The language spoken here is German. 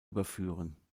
überführen